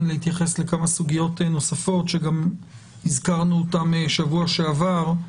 להתייחס לכמה סוגיות נוספות שהזכרנו אותן בשבוע שעבר.